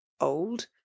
old